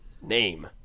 Name